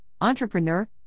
entrepreneur